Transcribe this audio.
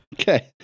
Okay